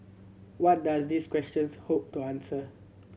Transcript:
what does these questions hope to answer